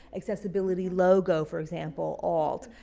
accessibility logo, for example, alt.